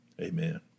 amen